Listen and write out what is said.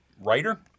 writer